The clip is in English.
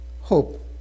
hope